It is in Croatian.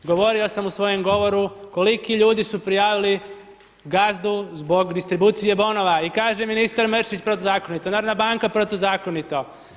Govorio sam u svojem govoru koliki ljudi su prijavili gazdu zbog distribucije bonova i kaže ministar Mrsić protuzakonito, Narodna banka protuzakonito.